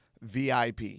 VIP